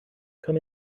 come